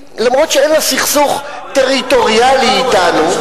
אף שאין לה סכסוך טריטוריאלי אתנו,